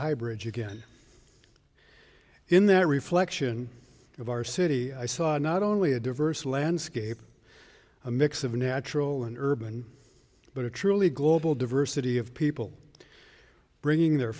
high bridge again in that reflection of our city i saw not only a diverse landscape a mix of natural and urban but a truly global diversity of people bringing their